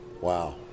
wow